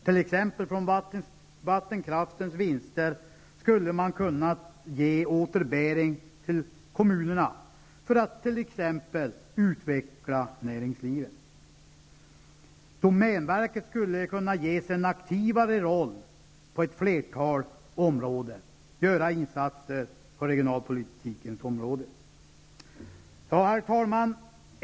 Från vattenkraftens vinster skulle man ha kunnat ge återbäring till kommunerna, för att t.ex. utveckla näringslivet. Domänverket skulle kunna ges en aktivare roll på ett flertal områden, göra insatser på regionalpolitikens område. Herr talman!